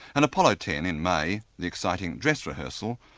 and apollo ten in may, the exciting dress rehearsal,